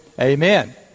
Amen